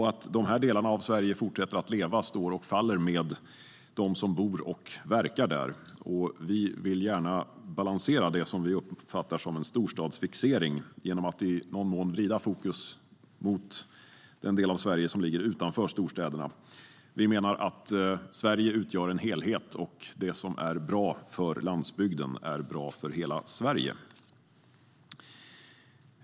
Att dessa delar av Sverige fortsätter att leva står och faller med dem som bor och verkar där. Vi vill balansera det vi uppfattar som en storstadsfixering genom att i någon mån vrida fokus mot den del av Sverige som ligger utanför storstäderna. Vi menar att Sverige utgör en helhet och att det som är bra för landsbygden är bra för hela Sverige.